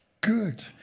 good